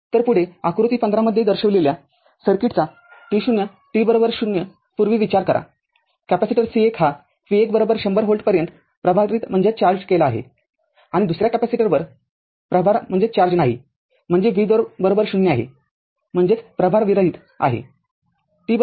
तरपुढे आकृती १५ मध्ये दर्शविलेल्या सर्किटचा t0 t ० पूर्वी विचार कराकॅपेसिटर C१ हा v१ १०० व्होल्ट पर्यंत प्रभारित केला आहे आणि दुसऱ्या कॅपेसिटरवर प्रभार नाही म्हणजे v२ 0 आहे म्हणजेच प्रभार विरहित आहे